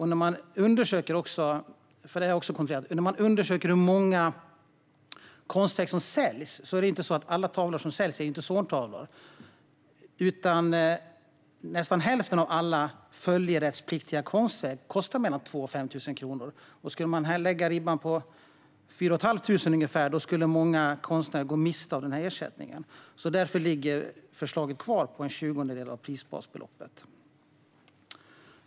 När man undersöker hur många konstverk som säljs märker man förstås att alla tavlor som säljs inte är Zorntavlor. Nästan hälften av alla följerättspliktiga konstverk kostar mellan 2 000 och 5 000 kronor. Om man skulle lägga ribban på ungefär 4 500 kronor skulle många konstnärer gå miste om ersättningen. Därför ligger förslaget kvar på en tjugondel av prisbasbeloppet.